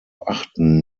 achten